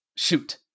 shoot